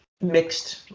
mixed